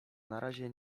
narazie